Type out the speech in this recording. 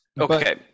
Okay